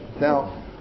Now